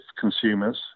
consumers